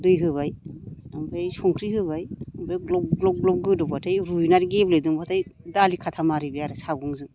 दै होबाय ओमफ्राय संख्रि होबाय ओमफ्राय ग्ल'ब ग्ल'ब ग्ल'ब गोदौबाथाय रुयनानै गेब्लेदोंबाथाय दालि खाथा मारिबाय आरो सागंजों